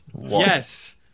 Yes